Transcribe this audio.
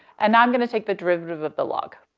and i'm gonna take the derivative of the log.